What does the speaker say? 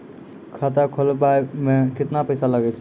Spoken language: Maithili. खाता खोलबाबय मे केतना पैसा लगे छै?